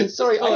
sorry